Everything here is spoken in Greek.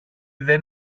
δεν